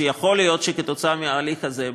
שיכול להיות שבעקבות ההליך הזה,